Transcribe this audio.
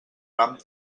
ram